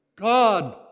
God